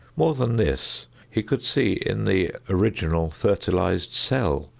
more than this, he could see in the original, fertilized cell,